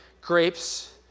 grapes